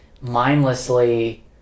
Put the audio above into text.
mindlessly